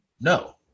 no